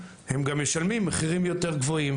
הם גם משלמים מחירים יותר גבוהים,